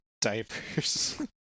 diapers